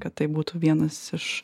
kad tai būtų vienas iš